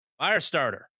Firestarter